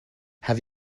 have